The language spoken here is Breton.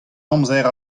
amzer